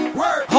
work